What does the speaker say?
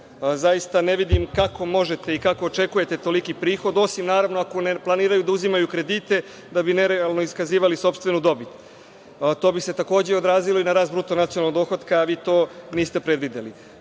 Zaista ne vidim kako možete i kako očekujete toliki prihod, osim, naravno, ako ne planiraju da uzimaju kredite da bi nerealno iskazivali sopstvenu dobit. To bi se takođe odrazilo i na rast bruto nacionalnog dohotka, a vi to niste predvideli.